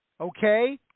Okay